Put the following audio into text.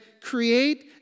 create